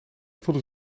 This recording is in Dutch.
voelde